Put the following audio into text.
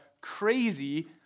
crazy